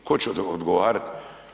Tko će odgovarati?